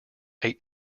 eight